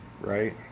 right